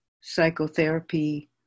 psychotherapy